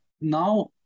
Now